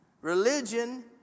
Religion